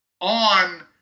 on